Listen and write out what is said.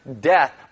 death